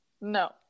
no